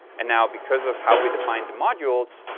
and now because of how we define the modules,